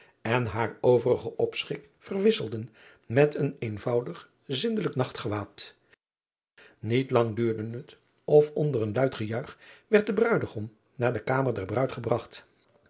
en haar overigen opschik verwisselden met een eenvoudig zindelijk nachtgewaad iet lang duurde het of onder een luid gejuich werd de ruidegom naar de kamer der ruid gebragt